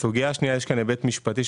סוגיה שנייה היא היבט משפטי,